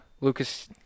lucas